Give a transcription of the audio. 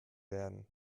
werden